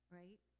right